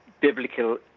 biblical